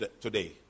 today